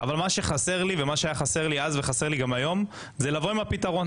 אבל מה שאז היה חסר לי וגם חסר לי היום זה לבוא עם פתרון.